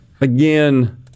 again